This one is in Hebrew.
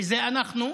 שזה אנחנו,